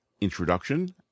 introduction